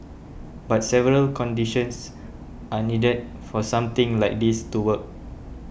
but several conditions are needed for something like this to work